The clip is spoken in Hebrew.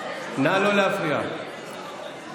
מהבוקר אמרתי את